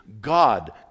God